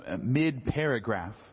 mid-paragraph